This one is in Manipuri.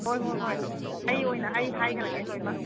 ꯍꯣꯏ ꯍꯣꯏ ꯍꯣꯏ ꯑꯩ ꯑꯣꯏꯅ ꯑꯩ ꯍꯥꯏꯒ꯭ꯔꯒꯦ ꯂꯣꯏꯃꯛ